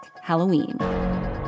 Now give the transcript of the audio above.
Halloween